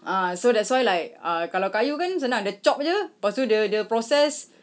ah so that's why like uh kalau kayu kan senang dia chop jer lepas tu dia dia process